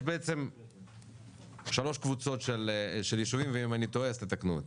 יש בעצם שלוש קבוצות של ישובים ואם אני טועה תתקנו אותי.